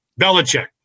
Belichick